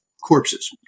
corpses